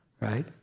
right